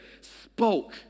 spoke